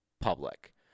public